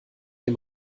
dem